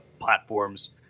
platforms